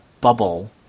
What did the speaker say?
bubble